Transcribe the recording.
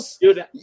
Dude